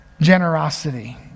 generosity